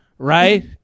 right